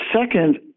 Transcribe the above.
second